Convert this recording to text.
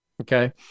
Okay